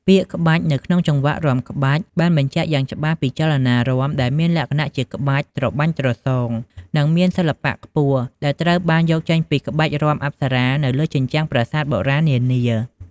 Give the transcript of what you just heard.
ពាក្យ "ក្បាច់" នៅក្នុង "ចង្វាក់រាំក្បាច់" បានបញ្ជាក់យ៉ាងច្បាស់ពីចលនារាំដែលមានលក្ខណៈជាក្បាច់ ត្របាញ់ត្រសង និងមានសិល្បៈខ្ពស់ ដែលត្រូវបានយកចេញពីក្បាច់រាំអប្សរានៅលើជញ្ជាំងប្រាសាទបុរាណនានា។